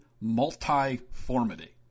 multiformity